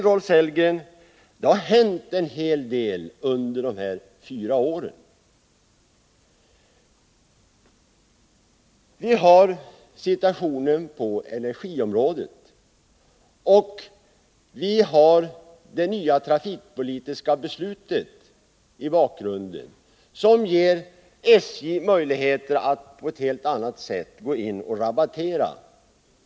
Rolf Sellgren, det har hänt en hel del under de här fyra åren. Vi har situationen på energiområdet och det nya trafikpolitiska beslutet i bakgrunden, som ger SJ möjligheter att på ett helt annat sätt än tidigare gå in och rabattera.